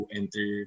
enter